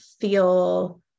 feel